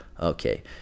Okay